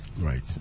right